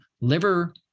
liver